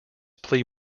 plea